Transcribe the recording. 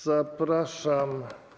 Zapraszam.